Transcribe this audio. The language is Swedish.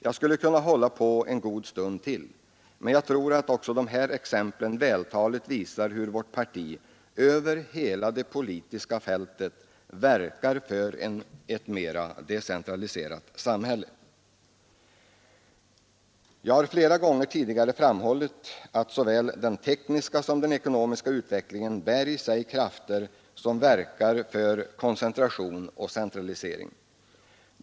Jag skulle kunna hålla på med denna uppräkning en god stund till, men jag tror att också dessa exempel vältaligt visar hur vårt parti över hela det politiska fältet verkar för ett mera decentraliserat samhälle. Jag har flera gånger tidigare framhållit att såväl den tekniska som den ekonomiska utvecklingen i sig bär krafter som verkar för koncentration och centralisering.